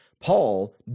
Paul